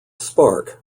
spark